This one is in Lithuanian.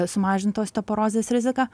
sumažintų osteoporozės riziką